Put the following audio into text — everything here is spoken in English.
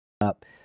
up